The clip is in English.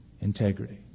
integrity